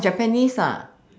japanese ah